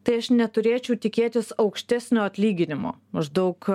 tai aš neturėčiau tikėtis aukštesnio atlyginimo maždaug